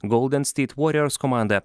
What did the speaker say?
golden styt vorers komandą